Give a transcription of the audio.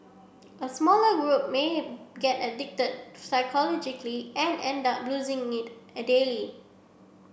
a smaller group may get addicted psychologically and end up using it a daily